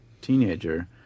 teenager